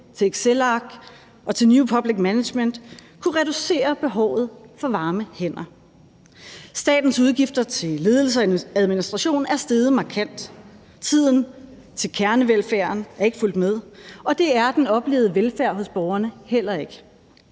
til excelark og til new public management kunne reducere behovet for varme hænder. Statens udgifter til ledelse og administration er steget markant. Tiden til kernevelfærden er ikke fulgt med, og det er den oplevede velfærd hos borgerne heller ikke.